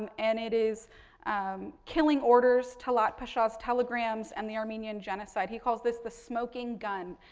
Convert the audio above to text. and and, it is killing orders talat pasha's telegrams and the armenian genocide. he calls this the smoking gun.